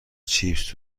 چیپس